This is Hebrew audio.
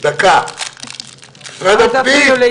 זה ביחס להגשת התביעות,